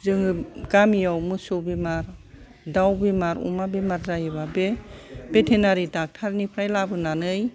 जोङो गामियाव मोसौ बेमार दाव बेमार अमा बेमार जायोबा बे भेटेनारि डाक्टारनिफ्राय लाबोनानै